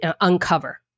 uncover